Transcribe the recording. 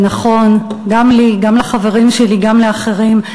זה נכון, גם לי, גם לחברים שלי, גם לאחרים.